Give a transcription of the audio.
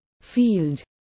field